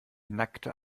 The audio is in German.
nackte